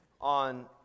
on